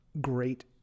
great